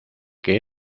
que